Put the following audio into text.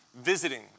visiting